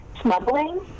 smuggling